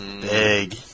Big